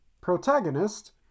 Protagonist